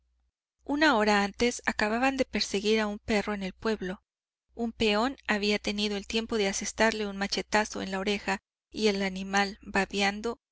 una hora antes acababan de perseguir a un perro en el pueblo un peón había tenido tiempo de asestarle un machetazo en la oreja y el animal babeando